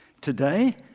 Today